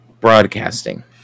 broadcasting